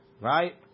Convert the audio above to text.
Right